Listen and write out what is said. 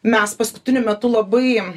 mes paskutiniu metu labai